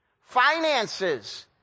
Finances